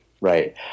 right